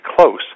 close